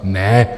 Ne.